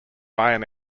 iron